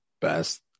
best